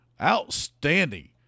outstanding